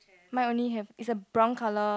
mine only have is a brown color